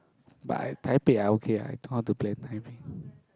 but I Taipei I okay ah I don't want to plan Taipei